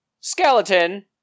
skeleton